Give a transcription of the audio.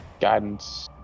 guidance